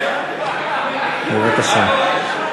בבקשה.